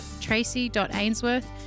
tracy.ainsworth